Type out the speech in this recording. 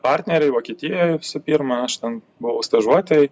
partneriai vokietijoj visų pirma aš ten buvau stažuotėj